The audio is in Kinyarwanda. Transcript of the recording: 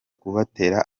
kubatera